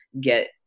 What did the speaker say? get